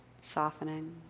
softening